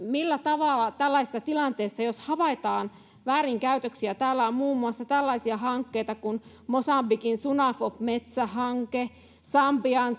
millä tavalla edetään tällaisessa tilanteessa jos havaitaan väärinkäytöksiä täällä on muun muassa tällaisia hankkeita kuin mosambikin sunafop metsähanke sambian